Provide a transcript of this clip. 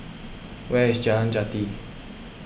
where is Jalan Jati